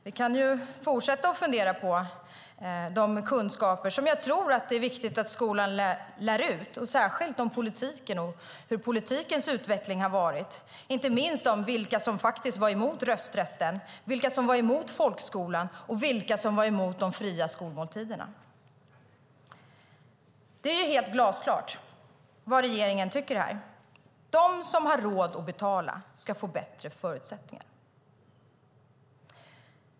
Vi kan fortsätta att fundera på de kunskaper som jag tror det är viktigt att skolan lär ut, särskilt hur politikens utveckling har varit, inte minst vilka som var emot rösträtten, folkskolan och de fria skolmåltiderna. Det är glasklart vad regeringen här tycker. De som har råd att betala ska få bättre förutsättningar.